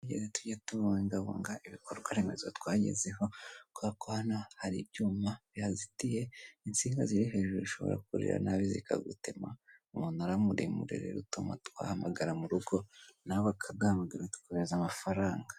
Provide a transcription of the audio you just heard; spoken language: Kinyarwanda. Yagize ati tujya tubungabunga ibikorwa remezo twagezeho twakorana hari ibyuma bihazitiye insinga ziri hejuru ishobora kurira nabi zikagutema umunara muremure rero utuma twahamagara mu rugo nawe akagahamagara tuwohereza amafaranga.